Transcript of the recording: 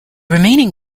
remaining